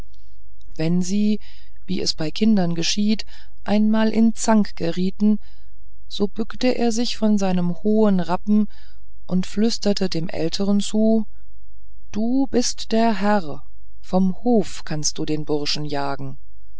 wenn sie wie es bei kindern geschieht einmal in zank gerieten so bückte er sich von seinem hohen rappen und flüsterte dem älteren zu du bist der herr vom hof kannst du den burschen jagen